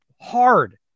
hard